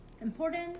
important